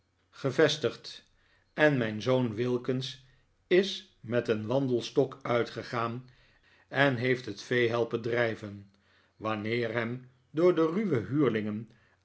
movestigd en mijn zoon wilkins is met een wandelstok uitgegaan en heeft het vee helpen drijven wanneer hem door de ruwe